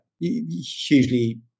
hugely